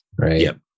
right